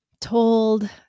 told